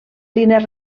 línies